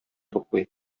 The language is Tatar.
туплый